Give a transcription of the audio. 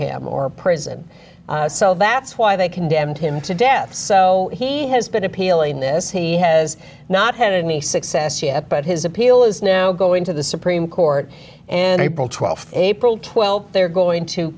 him or prison so that's why they condemned him to death so he has been appealing this he has not had any success yet but his appeal is now going to the supreme court and april twelfth april twelfth they're going to